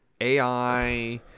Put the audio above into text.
AI